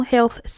Health